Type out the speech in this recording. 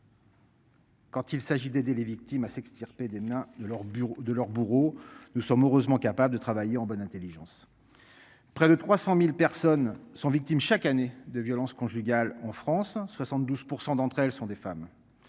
Quand il s'agit d'aider les victimes à s'extirper des nains de leur bureau de leur bourreau. Nous sommes heureusement capable de travailler en bonne Intelligence. Près de 300.000 personnes sont victimes chaque année de violences conjugales en France, 72% d'entre elles sont des femmes.